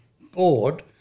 board